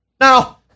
Now